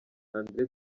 andré